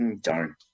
Darn